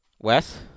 Wes